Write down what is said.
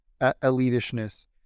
elitishness